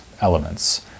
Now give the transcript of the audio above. elements